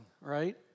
right